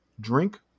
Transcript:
Drink